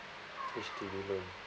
H_D_B loan